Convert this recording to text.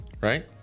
Right